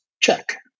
Check